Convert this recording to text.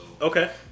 Okay